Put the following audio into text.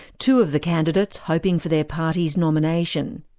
two of the candidates hoping for their party's nomination.